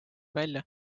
välja